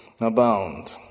abound